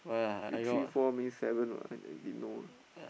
you three four mean seven [what] I I didn't know